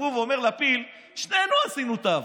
הזבוב אומר לפיל: שנינו עשינו את האבק,